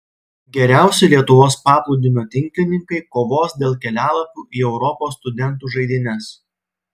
geriausi lietuvos paplūdimio tinklininkai kovos dėl kelialapių į europos studentų žaidynes